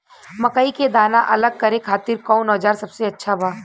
मकई के दाना अलग करे खातिर कौन औज़ार सबसे अच्छा बा?